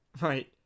Right